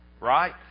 right